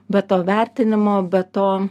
be to vertinimo be to